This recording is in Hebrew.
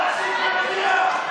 תפסיק להדיח.